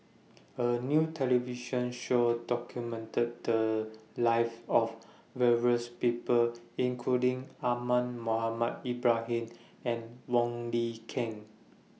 A New television Show documented The Lives of various People including Ahmad Mohamed Ibrahim and Wong Lin Ken